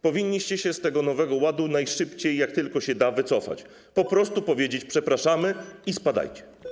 Powinniście się z tego Nowego Ładu najszybciej, jak tylko się da, wycofać, po prostu powiedzieć: przepraszamy i spadajcie.